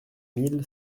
mille